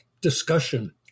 discussion